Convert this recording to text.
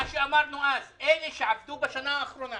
מה שאמרנו, אלה שעבדו בשנה האחרונה.